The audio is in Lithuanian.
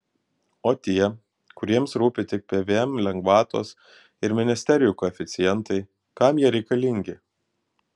o tie kuriems rūpi tik pvm lengvatos ir ministerijų koeficientai kam jie reikalingi